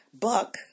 buck